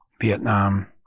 Vietnam